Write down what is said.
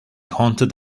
haunted